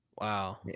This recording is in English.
Wow